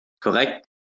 Correct